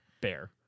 bear